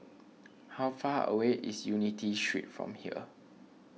how far away is Unity Street from here